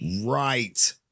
right